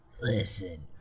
listen